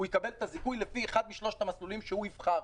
הוא יקבל את הזיכוי לפי אחד משלושת המסלולים שהוא יבחר,